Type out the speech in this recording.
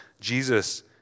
Jesus